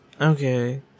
Okay